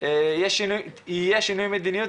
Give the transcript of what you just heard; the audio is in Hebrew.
יהיה שינוי מדיניות,